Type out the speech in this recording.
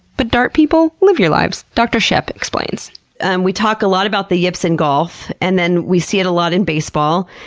but dart people live your lives. dr. shepp explains and we talk a lot about the yips in golf, and then we see it a lot in baseball.